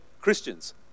Christians